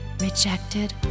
rejected